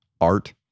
art